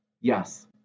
Yes